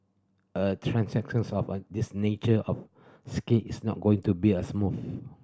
a transitions of a this nature of scale is not going to be a smooth